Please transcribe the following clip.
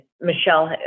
Michelle